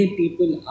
people